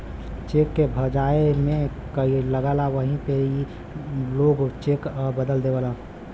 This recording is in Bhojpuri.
चेक के भजाए मे लगला वही मे ई लोग चेक बदल देवेलन